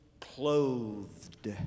clothed